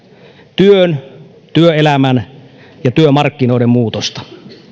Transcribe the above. työn työelämän ja työmarkkinoiden muutosta